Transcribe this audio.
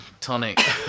tonic